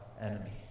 enemy